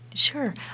Sure